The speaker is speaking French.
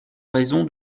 raison